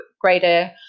greater